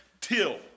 till